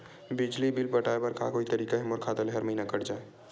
बिजली बिल पटाय बर का कोई तरीका हे मोर खाता ले हर महीना कट जाय?